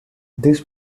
this